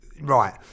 Right